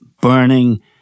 burning